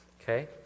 okay